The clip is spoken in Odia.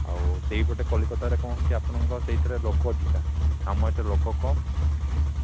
ଆଉ ସେଇପଟେ କଲିକତାରେ କ'ଣ ହେଉଛି ଆପଣଙ୍କ ସେଇଥିରେ ଲୋକ ଅଧିକା ଆମର ଏଠି ଲୋକ କମ୍ ସେଥିପାଇଁ